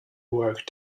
work